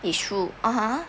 issue (uh huh)